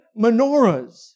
menorahs